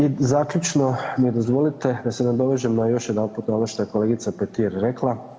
I zaključno mi dozvolite da se nadovežem na još jedanput na ono što je kolegica Petir rekla.